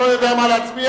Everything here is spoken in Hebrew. אני לא יודע מה להצביע.